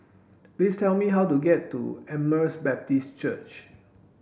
please tell me how to get to Emmaus Baptist Church